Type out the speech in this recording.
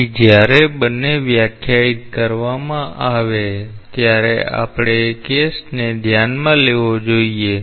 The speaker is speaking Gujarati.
તેથી જ્યારે બંને વ્યાખ્યાયિત કરવામાં આવે ત્યારે આપણે કેસને ધ્યાનમાં લેવો જોઈએ